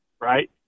right